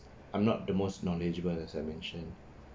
I'm not the most knowledgeable as I mentioned